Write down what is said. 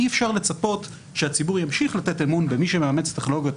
אי-אפשר לצפות שהציבור ימשיך לתת אמון במי שמאמץ טכנולוגיות